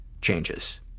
changes